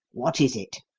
what is it?